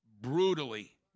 brutally